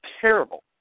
terrible